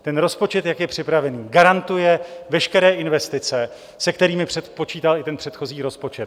Ten rozpočet, jak je připravený, garantuje veškeré investice, se kterými počítal i předchozí rozpočet.